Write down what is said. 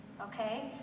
okay